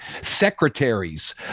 secretaries